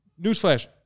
Newsflash